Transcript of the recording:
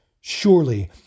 surely